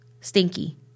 stinky